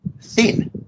thin